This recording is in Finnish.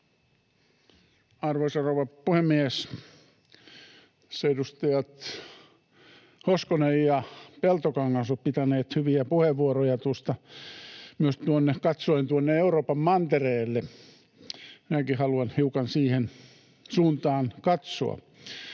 Arvoisa rouva puhemies! Tässä edustajat Hoskonen ja Peltokangas ovat pitäneet hyviä puheenvuoroja myös katsoen tuonne Euroopan mantereelle. Minäkin haluan hiukan siihen suuntaan katsoa: